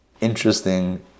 interesting